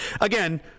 again